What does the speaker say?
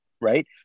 right